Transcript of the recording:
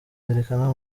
zerekana